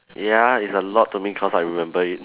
ya it's a lot to me cause I remember it